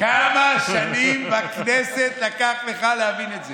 כמה שנים בכנסת לקח לך להבין את זה.